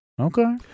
Okay